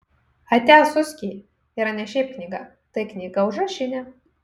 atia suskiai yra ne šiaip knyga tai knyga užrašinė